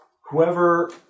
Whoever